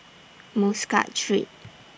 Muscat Street